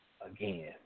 again